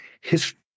history